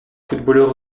footballeur